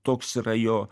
toks yra jo